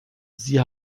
sie